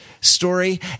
story